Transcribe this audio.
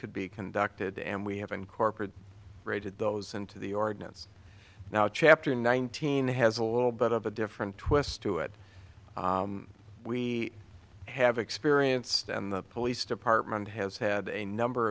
could be conducted and we have an corporate rated those and to the ordnance now chapter nineteen has a little bit of a different twist to it we have experienced and the police department has had a number